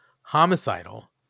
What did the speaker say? homicidal